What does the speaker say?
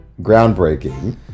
Groundbreaking